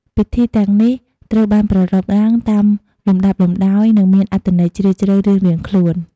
ពិធីទាំងនេះត្រូវបានប្រារព្ធឡើងតាមលំដាប់លំដោយ និងមានអត្ថន័យជ្រាលជ្រៅរៀងៗខ្លួន។